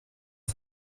公司